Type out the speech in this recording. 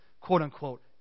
quote-unquote